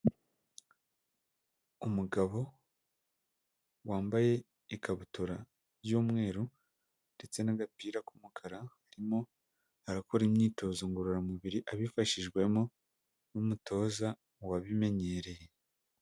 Umugabo wambaye ikabutura y'umweru, ndetse n'agapira k'umukara, arimo arakora imyitozo ngororamubiri, abifashijwemo n'umutoza wabimenyereye.